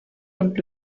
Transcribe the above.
und